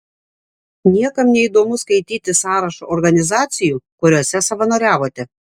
niekam neįdomu skaityti sąrašą organizacijų kuriose savanoriavote